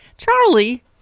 Charlie